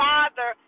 Father